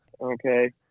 Okay